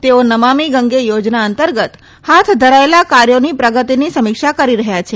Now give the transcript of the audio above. તેઓ નમામી ગંગે યોજના અંતર્ગત હાથ ધરાયેલા કાર્યોની પ્રગતિની સમીક્ષા કરી રહ્યા છે